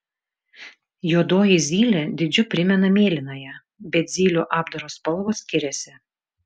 juodoji zylė dydžiu primena mėlynąją bet zylių apdaro spalvos skiriasi